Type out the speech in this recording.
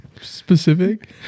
specific